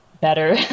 better